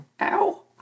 Ow